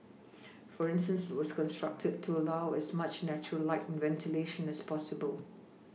for instance it was constructed to allow as much natural light and ventilation as possible